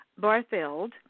Bartheld